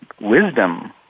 wisdom